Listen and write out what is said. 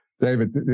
David